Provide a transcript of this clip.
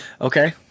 Okay